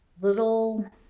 little